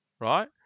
right